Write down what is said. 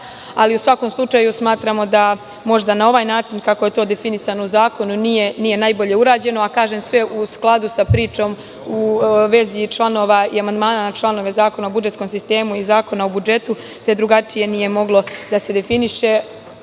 ali u svakom slučaju, smatramo da možda na ovaj način kako je to definisano u zakonu nije najbolje urađeno, a kažem, sve u skladu sa pričom u vezi članova i amandmana na članove Zakona o budžetskom sistemu i Zakona o budžetu, te drugačije nije moglo da se definiše.U